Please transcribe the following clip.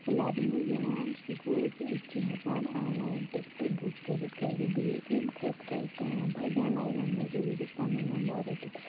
لَبنہٕ یِوان سُہ گوٚو زِ أسۍ چھِ ہٮ۪کان آن لایِن ٹِکٹہٕ بُک کٔرِتھ گَرِ بِہِتھ ییٚمہِ خٲطرٕ اَسہِ پٮ۪وان بَڈٮ۪ن لاینَن منٛز روٗزِتھ پَنُن نمبَر رٔٹِتھ